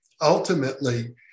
Ultimately